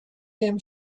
him